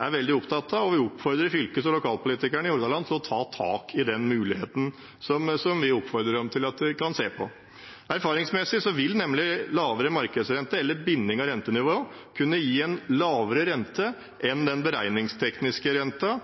er veldig opptatt av, og vi oppfordrer fylkes- og lokalpolitikerne i Hordaland til å ta tak i den muligheten og se på den. Erfaringsmessig vil nemlig lavere markedsrente eller binding av rentenivået kunne gi en lavere rente enn den beregningstekniske renten,